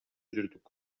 жүрдүк